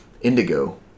Indigo